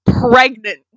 pregnant